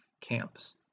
Camps